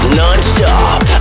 non-stop